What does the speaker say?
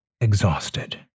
Exhausted